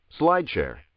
SlideShare